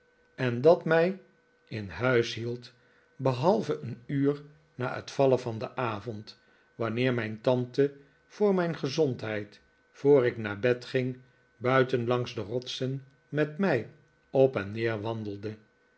en dat mij in huis hield behalve een uur na het vallen van den avond wanneer mijn tante voor mijn gezondheid voor ik naar bed ging buiten langs de rotsen met mij op en neer wandelde